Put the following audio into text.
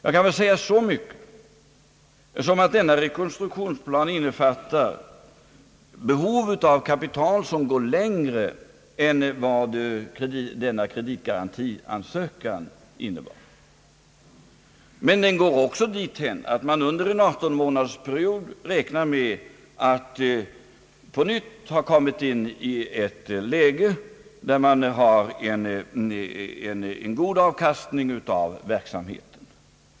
Jag kan säga så mycket som att denna rekonstruktionsplan innefattar ett behov av kapital som går längre än vad denna kreditgarantiansökan innebar. Men rekonstruktionsplanen innehåller också att man under en 18-månadersperiod räknar med att på nytt ha kommit in i ett läge, där man har en god avkastning av verksamheten.